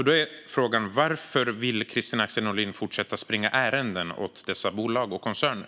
Då är frågan: Varför vill Kristina Axén Olin fortsätta springa ärenden åt dessa bolag och koncerner?